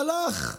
הלך.